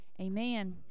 amen